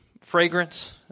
fragrance